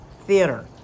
theater